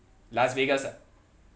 las vegas ah